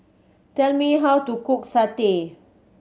tell me how to cook satay